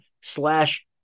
slash